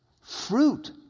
fruit